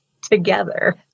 together